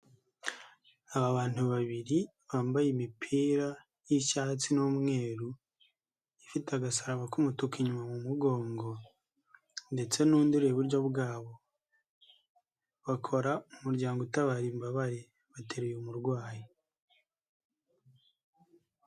Abantu babiri bambaye imipira y'icyatsi n'umweru ifite agasaraba k'umutuku inyuma mu mugongo ndetse n'undi uri iburyo bwabo bakora umuryango utabara imbabare bateruye umurwayi.